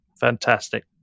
Fantastic